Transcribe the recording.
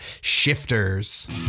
shifters